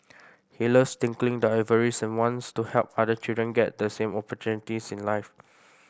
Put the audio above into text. he loves tinkling the ivories and wants to help other children get the same opportunities in life